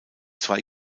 zwei